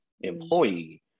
employee